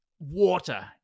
Water